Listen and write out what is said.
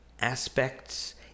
aspects